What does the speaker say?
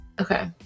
Okay